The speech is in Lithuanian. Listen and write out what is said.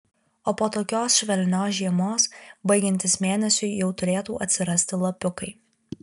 o po tokios švelnios žiemos baigiantis mėnesiui jau turėtų atsirasti lapiukai